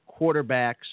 quarterbacks